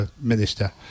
Minister